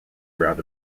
around